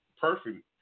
perfect